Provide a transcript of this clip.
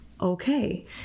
Okay